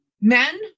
Men